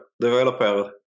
developer